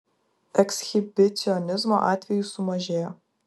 ekshibicionizmo atvejų sumažėjo